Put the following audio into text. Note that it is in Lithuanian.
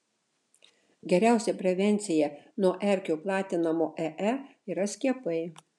geriausia prevencija nuo erkių platinamo ee yra skiepai